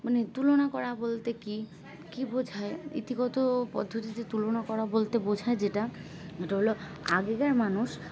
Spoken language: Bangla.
মানে তুলনা করা বলতে কী কী বোঝায় ইতিগত পদ্ধতিতে তুলনা করা বলতে বোঝায় যেটা এটা হলো আগেকার মানুষ